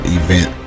event